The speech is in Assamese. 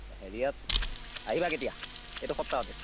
হেৰিয়াত আহিবা কেতিয়া এইটো সপ্তাহতে